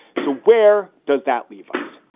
so where does that leave us?